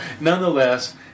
nonetheless